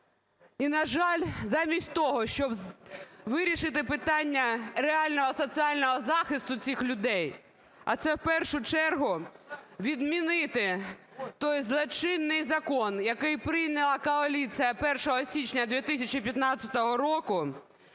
І, на жаль, замість того, щоб вирішити питання реального соціального захисту цих людей, а це в першу чергу відмінити той злочинний закон, який прийняла коаліція 1 січня 2015 року,